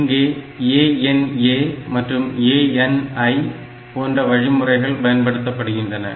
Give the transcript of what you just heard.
இங்கே ANA மற்றும் ANI போன்ற வழிமுறைகள் பயன்படுத்தப்படுகின்றன